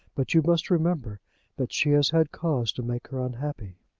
but you must remember that she has had cause to make her unhappy.